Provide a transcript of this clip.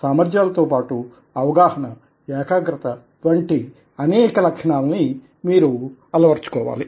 సామర్ధ్యాలతో పాటూ అవగాహన ఏకాగ్రత వంటి అనేక లక్షణాలని మీరు అలవరచుకోవాలి